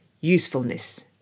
usefulness